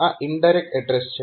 આ indirect address છે